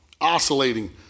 oscillating